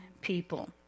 people